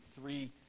three